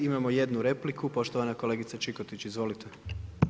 Imamo jednu repliku, poštovana kolegica Čikotić, izvolite.